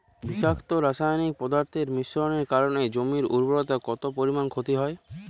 বিষাক্ত রাসায়নিক পদার্থের মিশ্রণের কারণে জমির উর্বরতা কত পরিমাণ ক্ষতি হয়?